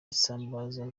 isambaza